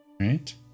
Right